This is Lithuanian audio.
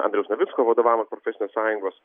andriaus navicko vadovaujamos profesinės sąjungos